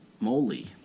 moly